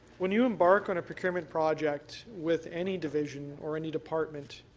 when you embark on a procurement project with any division or any department,